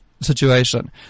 Situation